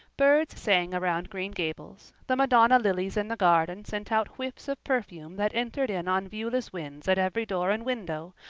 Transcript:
birds sang around green gables the madonna lilies in the garden sent out whiffs of perfume that entered in on viewless winds at every door and window,